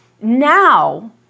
Now